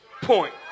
point